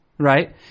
Right